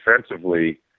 defensively